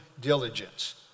diligence